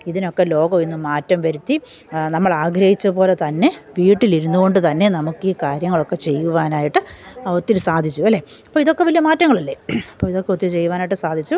ഇതിനൊക്കെ ലോകം ഇന്ന് മാറ്റം വരുത്തി നമ്മൾ ആഗ്രഹിച്ചതുപോലെ തന്നെ വീട്ടിൽ ഇരുന്നുകൊണ്ടുതന്നെ നമുക്ക് ഈ കാര്യങ്ങളൊക്കെ ചെയ്യുവാനായിട്ട് ഒത്തിരി സാധിച്ചു അല്ലേ അപ്പോൾ ഇതൊക്കെ വലിയ മാറ്റങ്ങളല്ലേ അപ്പോൾ ഇതൊക്കെ ഒത്തിരി ചെയ്യുവാനായിട്ട് സാധിച്ചു